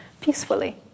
peacefully